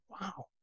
wow